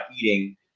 eating